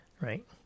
right